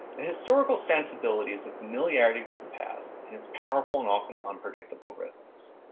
historical sensibility is that familiarity with the past and it's powerful and often unpredictable rhythms.